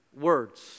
words